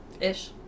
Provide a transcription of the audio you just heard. Ish